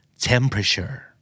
temperature